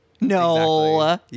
No